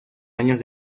años